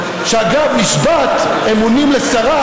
היינו הרבה שנים במקומות האלה,